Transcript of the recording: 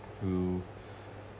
you